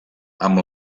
amb